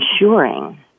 ensuring